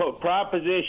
proposition